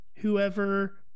whoever